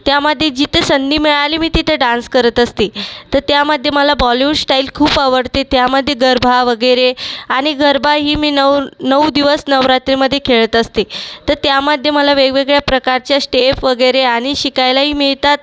त्यामधे जिथे संधी मिळाली मी तिथे डान्स करत असते तर त्यामध्ये मला बॉलिवूड ष्टाईल खूप आवडते त्यामधे गरबा वगैरे आणि गरबाही मी नऊ नऊ दिवस नवरात्रीमधे खेळत असते तर त्यामधे मला वेगवेगळ्या प्रकारच्या श्टेप वगैरे आणि शिकायलाही मिळतात